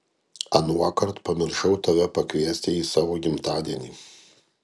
anuokart pamiršau tave pakviesti į savo gimtadienį